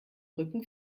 rücken